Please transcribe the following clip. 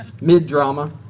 mid-drama